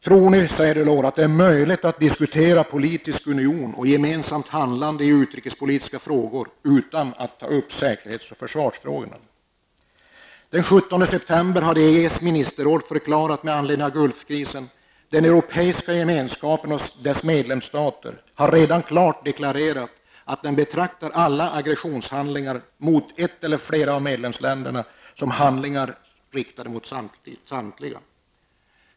Tror ni det är möjligt att diskutera politisk union och gemensamt handlande i utrikespolitiska frågor utan att ta upp säkerhets och försvarsfrågorna?'' Den 17 september hade EGs ministerråd med anledning av Gulfkrisen förklarat att ''den europeiska gemenskapen och dess medlemsstater har redan klart deklarerat att den betraktar alla aggressionshandlingar mot ett eller flera av medlemsländerna som handlingar riktade mot samtliga''.